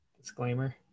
disclaimer